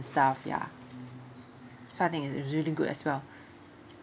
stuff ya so I think is really good as well